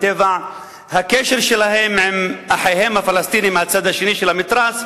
מטבע הקשר שלהם עם אחיהם הפלסטינים מהצד השני של המתרס,